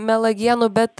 melagienų bet